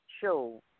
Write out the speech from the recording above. show